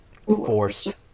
forced